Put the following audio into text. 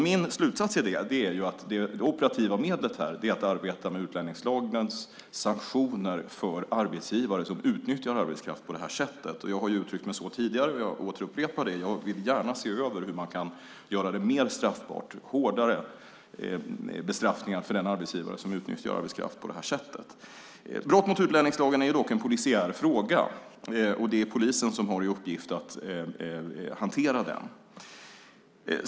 Min slutsats är att det operativa medlet är att arbeta med utlänningslagens sanktioner mot arbetsgivare som utnyttjar arbetskraft på det här sättet. Jag har uttryckt mig så tidigare och upprepar det. Jag vill gärna se över hur man kan göra det mer straffbart och ge hårdare bestraffning för den arbetsgivare som utnyttjar arbetskraft på det här sättet. Brott mot utlänningslagen är dock en polisiär fråga. Det är polisen som har i uppgift att hantera den.